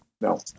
No